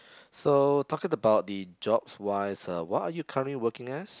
so talking about the jobs wise uh what are you currently working as